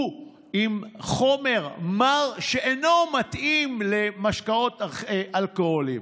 הוא עם חומר מר, שאינו מתאים למשקאות אלכוהוליים.